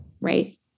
Right